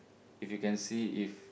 if you can see if